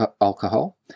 alcohol